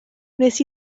wnes